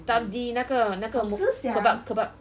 stuff'd 那个那个 moo~ kebab kebab